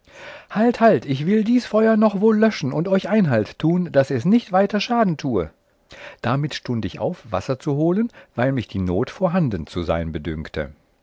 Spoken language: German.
halt halt ich will dies feur noch wohl löschen und euch einhalt tun daß es nicht weiter schaden tue damit stund ich auf wasser zu holen weil mich die not vorhanden zu sein bedünkte